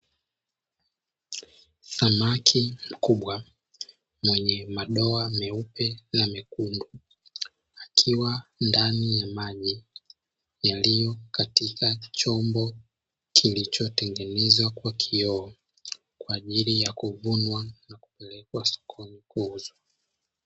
Samaki mkubwa mwenye madoa meupe na mekundu, akiwa ndani ya maji yaliyo katika chombo kilichotengenezwa kwa kioo kwa ajili ya kuvunwa na kupelekwa sokoni kuuzwa.